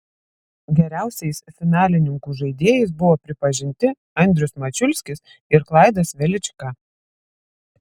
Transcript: geriausiais finalininkų žaidėjais buvo pripažinti andrius mačiulskis ir klaidas velička